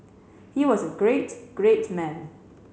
he was a great great man